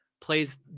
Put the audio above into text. Plays